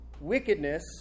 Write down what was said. wickedness